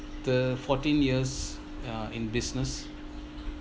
the fourteen years uh in business